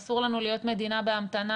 אסור לנו להיות מדינה בהמתנה,